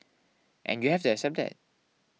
and you have to accept that